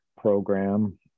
Program